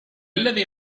الذي